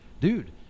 dude